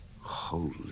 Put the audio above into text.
Holy